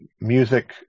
music